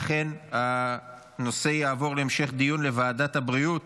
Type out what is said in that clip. לכן, הנושא יעבור להמשך דיון בוועדת הבריאות.